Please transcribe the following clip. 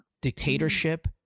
dictatorship